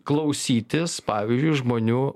klausytis pavyzdžiui žmonių